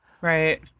Right